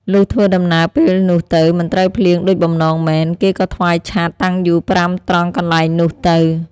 លុះធ្វើដំណើរពេលនោះទៅ មិនត្រូវភ្លៀងដូចបំណងមែន គេក៏ថ្វាយឆត្រ តាំងយូ5ត្រង់កន្លែងនោះទៅ ។